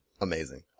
amazing